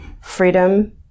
freedom